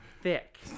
thick